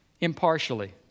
impartially